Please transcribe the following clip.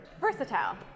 Versatile